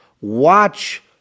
Watch